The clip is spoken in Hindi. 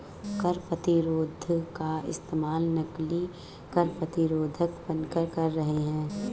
कर प्रतिरोध का इस्तेमाल नकली कर प्रतिरोधक बनकर कर रहे हैं